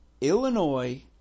illinois